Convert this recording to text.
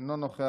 אינו נוכח,